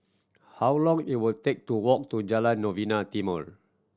how long will it take to walk to Jalan Novena Timor